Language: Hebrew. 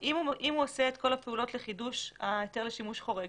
אם הוא עושה את כל הפעולות לחידוש ההיתר לשימוש חורג,